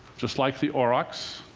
just like the aurochs.